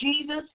Jesus